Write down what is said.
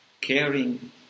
caring